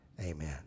Amen